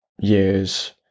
years